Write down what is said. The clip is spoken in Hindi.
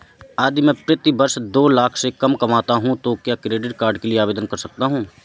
यदि मैं प्रति वर्ष दो लाख से कम कमाता हूँ तो क्या मैं क्रेडिट कार्ड के लिए आवेदन कर सकता हूँ?